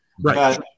Right